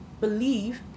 believe